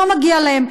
לא מגיע להם.